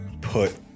put